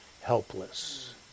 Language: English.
helpless